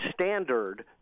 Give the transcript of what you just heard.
standard